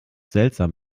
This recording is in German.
seltsam